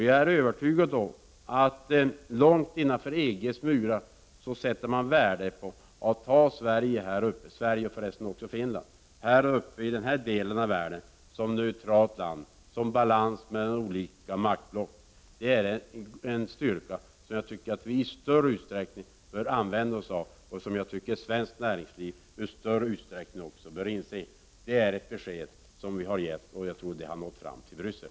Jag är övertygad om att man långt innanför EG:s murar sätter värde på att ha såväl Sverige som Finland — neutrala länder som kan utgöra en balans mellan de olika maktblocken — här uppe i denna del av världen. Detta är en styrka, som jag tycker att vi i större utsträckning bör använda oss av och som också svenskt näringsliv i större utsträckning bör inse. Detta är ett besked som vi har givit, Gudrun Schyman, och jag tror att det har nått fram till Bryssel.